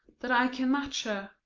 that i can match her.